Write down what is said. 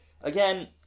again